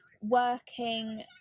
working